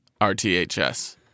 RTHS